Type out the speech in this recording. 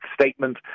statement